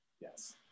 Yes